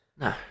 No